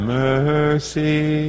mercy